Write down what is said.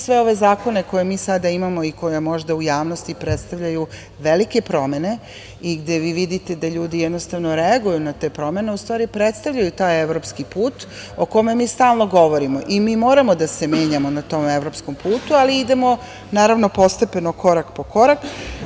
Sve ove zakone koje mi sada imamo i koje možda u javnosti predstavljaju velike promene, i gde vi vidite da ljudi jednostavno reaguju na te promene, ustvari predstavljaju taj evropski put, o kome mi stalno govorimo i mi moramo da se menjamo na tom evropskom putu, ali i idemo, naravno, postepeno korak po korak.